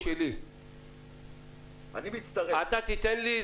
-- אתה תיתן לי?